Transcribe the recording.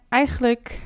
eigenlijk